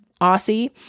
Aussie